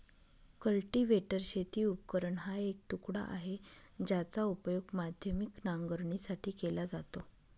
cultivator शेती उपकरण हा एक तुकडा आहे, ज्याचा उपयोग माध्यमिक नांगरणीसाठी केला जातो